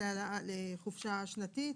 שנוגעות לחופשה שנתית